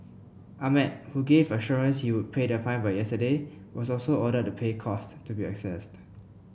ahmed who gave assurance he would pay the fine by yesterday was also ordered to pay cost to be assessed